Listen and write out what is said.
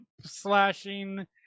slashing